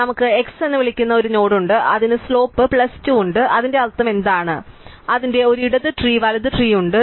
അതിനാൽ നമുക്ക് x എന്ന് വിളിക്കുന്ന ഒരു നോഡ് ഉണ്ട് അതിന് സ്ലോപ്പ് പ്ലസ് 2 ഉണ്ട് അതിന്റെ അർത്ഥം എന്താണ് അതിന് ഒരു ഇടത് ട്രീ വലത് ട്രീ ഉണ്ട്